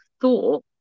thought